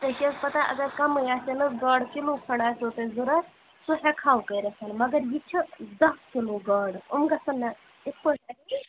ژےٚ چھَ حظ پتاہ اگر کَمٕے آسہِ ہے نا گاڈٕ کِلوٗ کھنٛڈ آسہِ ہٮ۪و تۄہہِ ضروٗرت سُہ ہیٚکٕہَو کٔرِتھ مگر یہِ چھِ دَہ کِلوٗ گاڈٕ یِم گژھن نہٕ یِتھٕ پٲٹھۍ